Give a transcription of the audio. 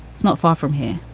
it's not far from here.